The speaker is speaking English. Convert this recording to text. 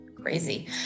crazy